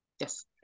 yes